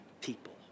people